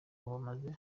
bamaze